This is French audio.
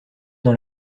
dans